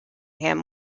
him